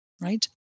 Right